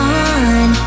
on